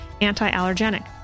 anti-allergenic